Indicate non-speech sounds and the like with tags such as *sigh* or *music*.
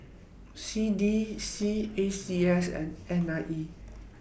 C D C A C S and N I E *noise*